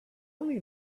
only